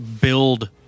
build